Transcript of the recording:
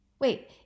Wait